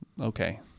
Okay